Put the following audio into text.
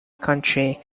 country